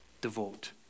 Devote